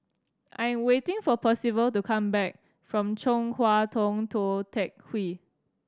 I'm waiting for Percival to come back from Chong Hua Tong Tou Teck Hwee